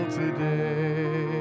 today